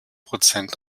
prozent